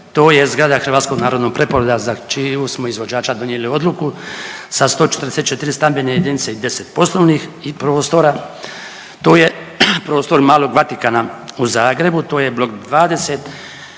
to je zgrada Hrvatskog narodnog preporoda za čijeg smo izvođača donijeli odluku sa 144 stambene jedinice i 10 poslovnih i prostora, to je prostor malog Vatikana u Zagrebu, to je blok 20